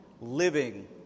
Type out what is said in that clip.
Living